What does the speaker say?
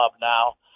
now